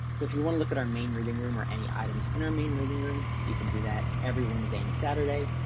if you want to look at our main reading room or any items in our main reading room, you can do that every wednesday through and saturday.